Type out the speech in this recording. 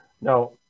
Now